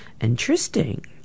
Interesting